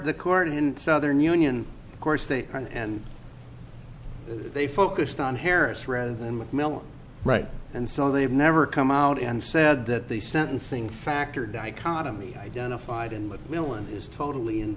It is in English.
the court in southern union of course they are and they focused on harris rather than mcmillan right and so they have never come out and said that the sentencing factor dichotomy identified in milan is totally in